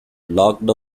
locked